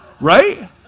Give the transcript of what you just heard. Right